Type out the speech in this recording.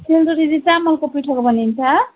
सेलरोटी चाहिँ चामलको पिठोको बनिन्छ